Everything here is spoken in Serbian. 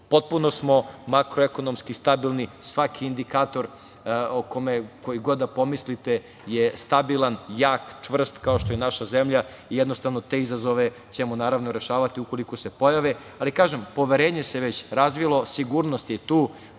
potpuno smo makroekonomski stabilni, svaki indikator koji god da pomislite je stabilan, jak, čvrst, kao što je i naša zemlja, jednostavno te izazove ćemo rešavati ukoliko se pojave. Ali, kažem, poverenje se već razvilo, sigurnost je tu,